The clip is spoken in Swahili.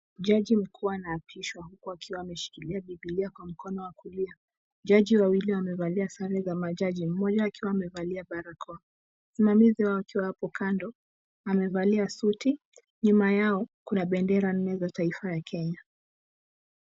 Jaji mkuu anaapishwa huku akiwa ameshikilia Bibilia kwa mkono wa kulia. Jaji wawili wamevalia sare za majaji, mmoja akiwa amevalia barakoa. Msimamizi wao akiwa hapo kando, amevalia suti. Nyuma yao, kuna bendera nne za taifa ya Kenya.